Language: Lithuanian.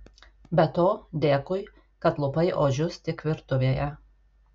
be to dėkui kad lupai ožius tik virtuvėje